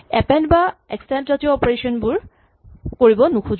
append বা extend জাতীয় operation বোৰ কৰিব নোখোজো